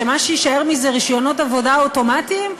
שמה שיישאר מזה זה רישיונות עבודה אוטומטיים,